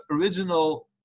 original